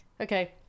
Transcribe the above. okay